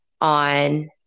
on